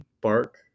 Bark